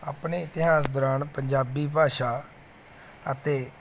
ਆਪਣੇ ਇਤਿਹਾਸ ਦੌਰਾਨ ਪੰਜਾਬੀ ਭਾਸ਼ਾ ਅਤੇ